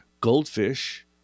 goldfish